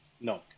No